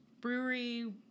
brewery